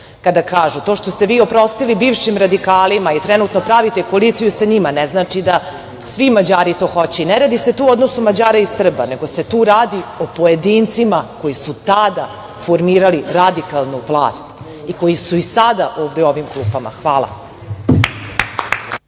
kada kažu. To što ste vi oprostili bivšim radikalima i trenutno pravite koaliciju sa njima, ne znači da svi Mađari to hoće. Ne radi se tu o odnosu Mađara i Srba, nego se tu radi o pojedincima, koji su tada formirali radikalnu vlast i koji su i sada ovde u ovim klupama. Hvala.